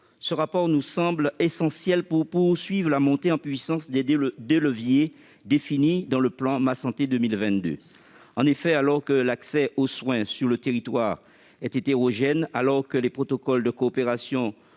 ce rapport nous semble essentiel pour poursuivre la montée en puissance des leviers définis dans le plan Ma santé 2022. En effet, alors que l'accès aux soins sur le territoire est hétérogène, alors que les protocoles de coopération